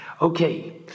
Okay